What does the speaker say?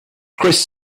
chris